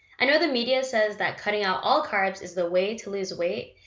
i know the media says that cutting out all carbs is the way to lose weight,